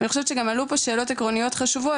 אני חושבת שגם עלו פה שאלות עקרוניות חשובות,